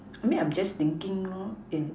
I mean I'm just thinking in